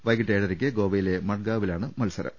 വൈകീട്ട് ഏഴരയ്ക്ക് ഗോവയിലെ മഡ്ഗാവിലാണ് മത്സരം